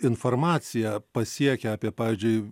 informacija pasiekia apie pavyzdžiui